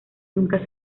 nunca